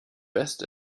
best